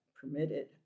permitted